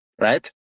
right